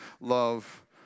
love